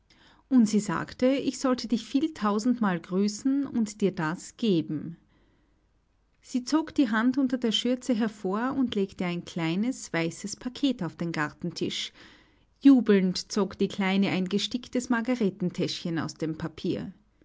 und sie sagte ich sollte dich vieltausendmal grüßen und dir das geben sie zog die hand unter der schürze hervor und legte ein kleines weißes paket auf den gartentisch jubelnd zog die kleine ein gesticktes margaretentäschchen aus dem papier